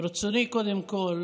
ברצוני קודם כול